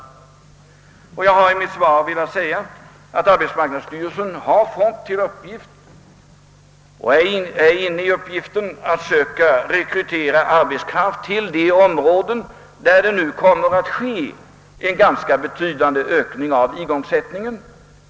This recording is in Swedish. I mitt svar har jag velat säga att arbetsmarknadsstyrelsen har fått till uppgift — och även påbörjat en sådan aktion — att söka rekrytera arbetskraft till de områden där det kommer att ske en ganska betydande ökning av igångsättningen.